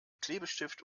klebestift